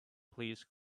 please